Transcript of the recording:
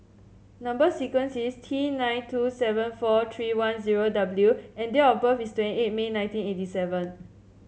number sequence is T nine two seven four three one zero W and date of birth is twenty eight May nineteen eighty seven